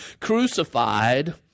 crucified